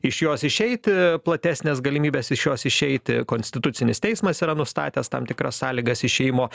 iš jos išeiti platesnės galimybės iš jos išeiti konstitucinis teismas yra nustatęs tam tikras sąlygas išėjimo